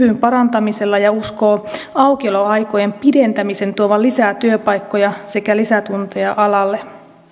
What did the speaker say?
parantamisella ja uskoo aukioloaikojen pidentämisen tuovan lisää työpaikkoja sekä lisätunteja alalle